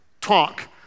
talk